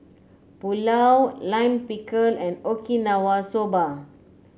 Pulao Lime Pickle and Okinawa Soba